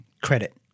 credit